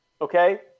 okay